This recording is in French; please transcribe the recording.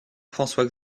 françois